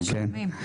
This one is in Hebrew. כן.